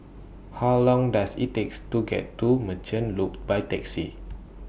How Long Does IT takes to get to Merchant Loop By Taxi